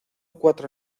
cuatro